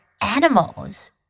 animals